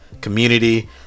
community